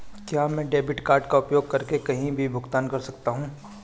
क्या मैं debit card का उपयोग करके कहीं भी भुगतान कर सकता हूं?